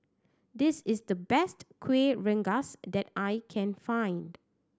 this is the best Kueh Rengas that I can find